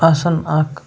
آسان اَکھ